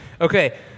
okay